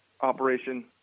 Operation